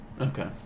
Okay